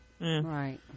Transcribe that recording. right